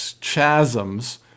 chasms